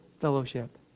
fellowship